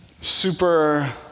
super